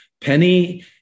Penny